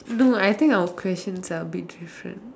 no I think our questions are a bit different